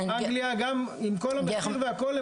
אנגליה גם עם כל המחיר והכל,